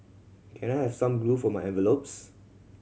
can I have some glue for my envelopes